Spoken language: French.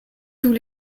tous